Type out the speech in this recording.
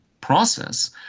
process